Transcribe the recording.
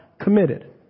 committed